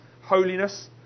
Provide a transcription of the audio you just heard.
holiness